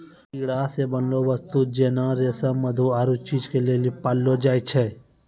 कीड़ा से बनलो वस्तु जेना रेशम मधु आरु चीज के लेली पाललो जाय छै